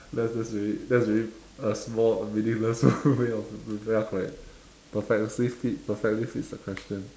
that's just really that's really a small meaningless way of re~ rebel correct perfectly fit perfectly fits the question